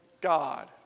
God